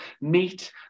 meet